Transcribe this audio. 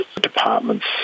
departments